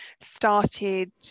started